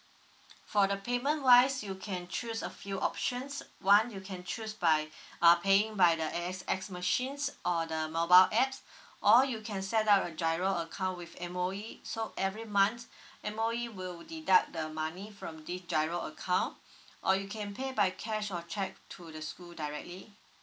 for the payment wise you can choose a few options one you can choose by uh paying by the A_X_S machines or the mobile A_P_P_S or you can set up a G_I_R_O account with M_O_E so every month M_O_E will deduct the money from the G_I_R_O account or you can pay by cash or check to the school directly